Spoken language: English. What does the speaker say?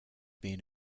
being